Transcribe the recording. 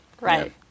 right